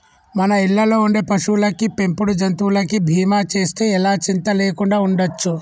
మన ఇళ్ళల్లో ఉండే పశువులకి, పెంపుడు జంతువులకి బీమా చేస్తే ఎలా చింతా లేకుండా ఉండచ్చు